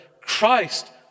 Christ